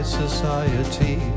society